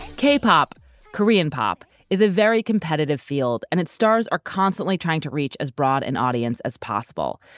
k-pop, korean pop is a very competitive field and it stars are constantly trying to reach as broad an audience as possible,